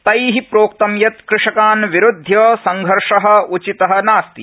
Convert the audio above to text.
तैः प्रोक्तं यत् कृषकान् विरुद्ध्य संघर्षः उचितः नास्ति